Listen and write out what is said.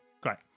Great